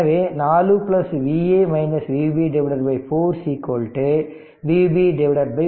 எனவே 4 Va Vb 4 Vb 10